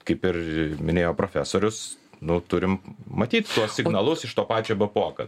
kaip ir minėjo profesorius nu turim matyt tuos signalus iš to pačio b p o kad